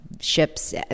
ships